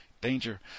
danger